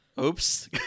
Oops